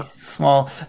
small